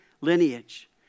lineage